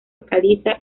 caliza